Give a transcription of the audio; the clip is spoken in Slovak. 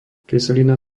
kyselina